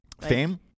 fame